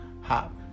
hop